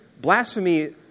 blasphemy